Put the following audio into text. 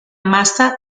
masa